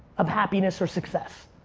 of happiness or success.